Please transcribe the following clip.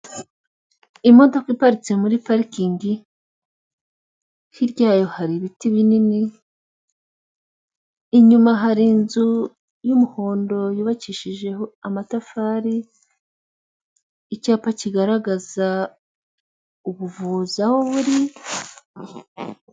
Imodoka iparitse muri parikingi hirya yayo hari ibiti binini, inyuma hari inzu y'umuhondo yubakishije amatafari, icyapa kigaragaza ubuvuza aho buri.